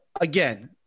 again